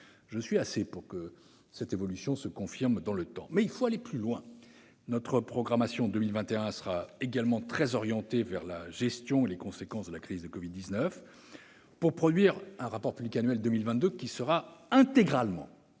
Je suis assez favorable à ce que cette évolution se confirme dans le temps. Cependant, il faut aller plus loin. Notre programmation 2021 sera également très orientée vers la gestion et les conséquences de la crise du covid-19, pour produire un rapport public annuel 2022 qui sera intégralement-